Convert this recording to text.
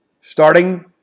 Starting